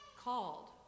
called